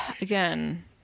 again